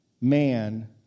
man